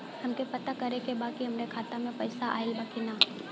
हमके पता करे के बा कि हमरे खाता में पैसा ऑइल बा कि ना?